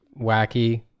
wacky